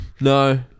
No